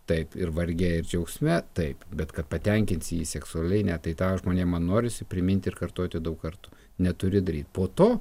taip ir varge ir džiaugsme taip bet kad patenkinsi jį seksualiai ne tai tą žmonėm man norisi priminti ir kartoti daug kartų neturi daryt po to